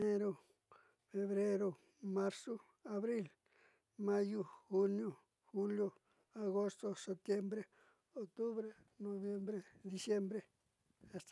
Enero, febrero, marzo, abril, mayo, junio. Julio, agosto, septiembre, octubre, noviembre y diciembre.